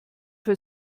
für